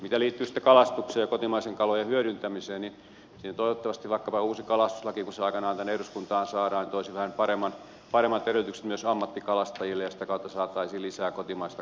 mikä liittyy kalastukseen ja kotimaisten kalojen hyödyntämiseen niin siinä toivottavasti vaikkapa uusi kalastuslaki kun se aikanaan tänne eduskuntaan saadaan toisi vähän paremmat edellytykset myös ammattikalastajille ja sitä kautta saataisiin lisää kotimaista kalaa pöytiin